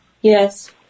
Yes